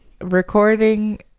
recording